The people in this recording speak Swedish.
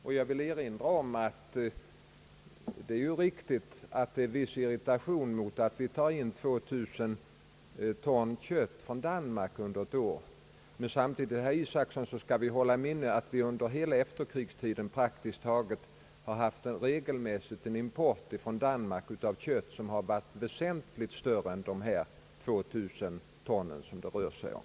Det är riktigt att det förekommer en viss irritation över att vi tar in 2000 ton kött från Danmark under ett år, men samtidigt, herr Isacson, skall vi hålla i minnet att vårt land under praktiskt taget hela efterkrigstiden regelmässigt haft en köttimport från Danmark som varit väsentligt större än de 2000 ton som det nu rör sig om.